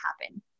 happen